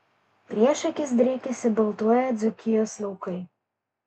prieš akis driekėsi baltuoją dzūkijos laukai